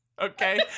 Okay